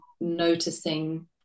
noticing